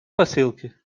посылки